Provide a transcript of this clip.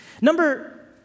Number